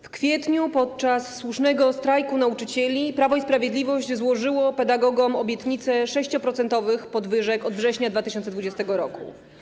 W kwietniu podczas słusznego strajku nauczycieli Prawo i Sprawiedliwość złożyło pedagogom obietnicę 6-procentowych podwyżek od września 2020 r.